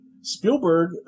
Spielberg